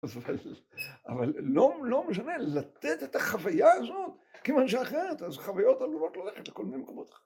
‫אבל לא.. לא משנה, ‫לתת את החוויה הזאת כמשהו אחרת, ‫אז חוויות עלולות ללכת ‫לכל מיני מקומות.